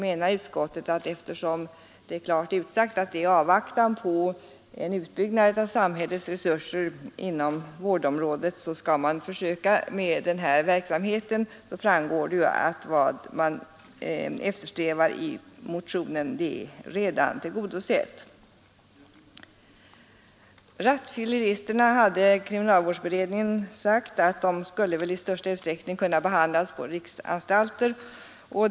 Utskottet menar att eftersom det är klart utsagt att denna verksamhet skall bedrivas i avvaktan på en utbyggnad av samhällets resurser är motionens önskemål redan tillgodosett. Rattfylleristerna skulle enligt kriminalvårdsberedningen i stor utsträckning kunna behandlas på riksanstalter.